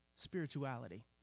spirituality